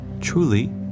truly